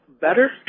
better